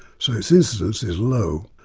so its incidence is low.